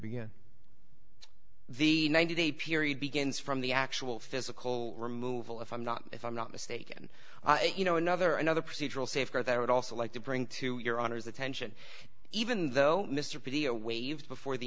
get the ninety day period begins from the actual physical removal if i'm not if i'm not mistaken you know another another procedural safeguards that would also like to bring to your honor's attention even though mr p t o waived before the